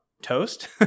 toast